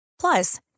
Plus